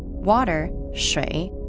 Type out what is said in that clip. water, shui,